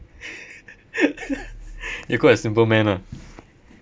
you're quite a simple man lah